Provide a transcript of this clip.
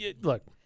Look